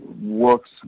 works